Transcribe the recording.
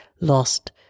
lost